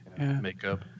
Makeup